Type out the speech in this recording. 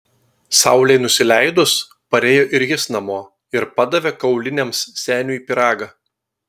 saulei nusileidus parėjo ir jis namo ir padavė kauliniams seniui pyragą